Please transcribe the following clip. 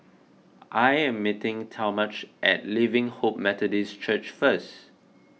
I am meeting Talmadge at Living Hope Methodist Church first